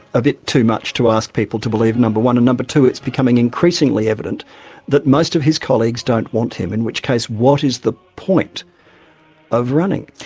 a bit too much to ask people to believe in, number one, and number two it's becoming increasingly evident that most of his colleagues don't want him, in which case, what is the point of running?